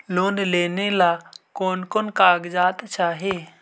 Loan लेने ला कोन कोन कागजात चाही?